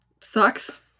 sucks